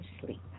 sleep